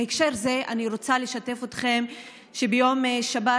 בהקשר זה אני רוצה לשתף אתכם שביום שבת